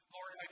Lord